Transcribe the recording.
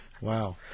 Wow